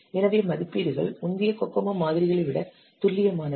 எனவே மதிப்பீடுகள் முந்தைய கோகோமோ மாதிரிகளை விட துல்லியமானவை